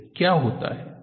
फिर क्या होता है